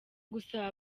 gusaba